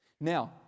Now